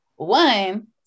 one